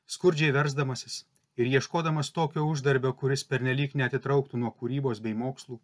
skurdžiai versdamasis ir ieškodamas tokio uždarbio kuris pernelyg neatitrauktų nuo kūrybos bei mokslų